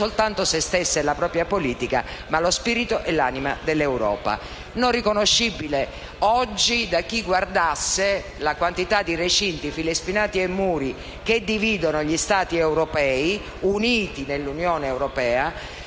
non soltanto se stessa e la propria politica, ma lo spirito e l'anima dell'Europa, non riconoscibile oggi da chi guardasse la quantità di recinti, fili spinati e muri che dividono gli Stati europei, uniti nell'Unione europea,